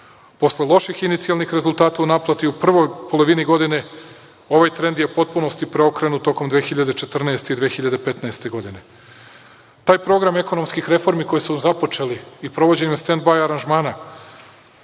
Posle loših inicijalnih rezultata u naplati u prvoj polovini godine ovaj trend je u potpunosti preokrenut tokom 2014. i 2015. godine. Taj program ekonomskih reformi koje su započeli i proveđenjem stend baj aranžmana